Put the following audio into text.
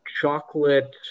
chocolate